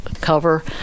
cover